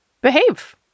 behave